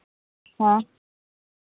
ᱦᱮᱸ